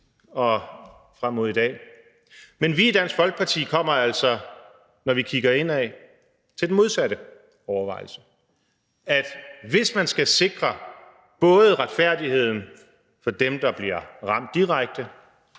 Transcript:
og frem mod i dag. Men vi i Dansk Folkeparti kommer altså, når vi kigger indad, til den modsatte overvejelse: Hvis man både skal sikre retfærdigheden for dem, der bliver ramt direkte,